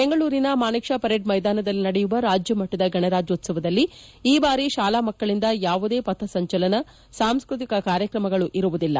ಬೆಂಗಳೂರಿನ Manekshaw parade ಮೈದಾನದಲ್ಲಿ ನಡೆಯುವ ರಾಜ್ಯ ಮಟ್ಟದ ಗಣರಾಜ್ಯೋತ್ಸವದಲ್ಲಿ ಈ ಬಾರಿ ಶಾಲಾ ಮಕ್ಕ ಳಿಂದ ಯಾವುದೇ ಪಥ ಸಂಚಲನ ಸಾಂಸ್ಕೃತಿಕ ಕಾರ್ಯಕ್ರಮಗಳು ಇರುವುದಿಲ್ಲ